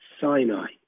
Sinai